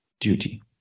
duty